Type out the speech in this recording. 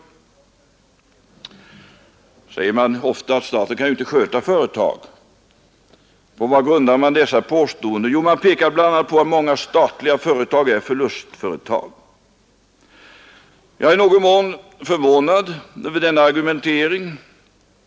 Man säger ofta att staten inte kan sköta företag. På vad grundar man dessa påståenden? Jo, man pekar bl.a. på att många statliga företag är förlustföretag. Jag är i någon mån förvånad över denna argumentering.